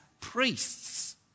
priests